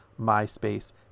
myspace